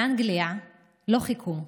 באנגליה לא חיכו.